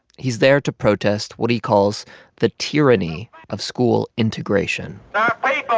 he's there to protest what he calls the tyranny of school integration our